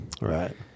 Right